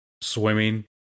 swimming